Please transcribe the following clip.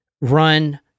run